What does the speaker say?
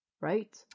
Right